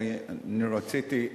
אני רציתי,